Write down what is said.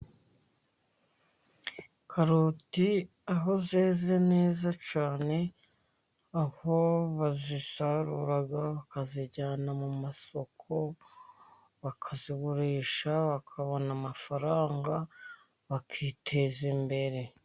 Karoti aho zeze neza cyane, aho bazisarura bakazijyana mu masoko, bakazigurisha bakabona amafaranga, bakiteza imbere.